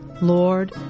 Lord